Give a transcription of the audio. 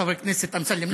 חבר הכנסת אמסלם,